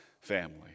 family